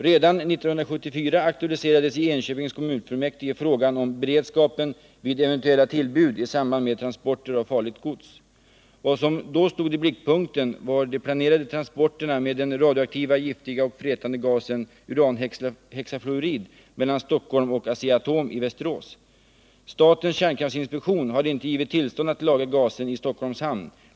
Redan 1974 aktualiserades i Enköpings kommunfullmäktige frågan om beredskapen vid eventuella tillbud i samband med transporter av farligt gods. Vad som då stod i blickpunkten var de planerade transporterna med den radioaktiva, giftiga och frätande gasen uranhexafluorid mellan Stockholm och Asea-Atom i Västerås. Statens kärnkraftsinspektion hade inte givit tillstånd för lagring av gasen i Stockholms hamn.